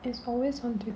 it's always on Twitter